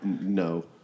No